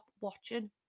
watching